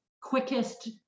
quickest